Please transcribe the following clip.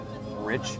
rich